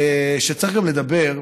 שצריך גם לדבר,